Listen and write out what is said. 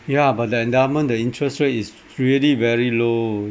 ya but that endowment the interest rate is really very low